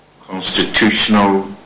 constitutional